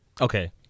Okay